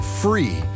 free